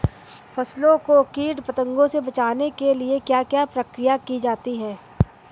फसलों को कीट पतंगों से बचाने के लिए क्या क्या प्रकिर्या की जाती है?